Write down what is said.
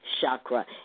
chakra